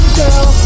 girl